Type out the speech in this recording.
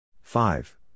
Five